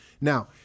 Now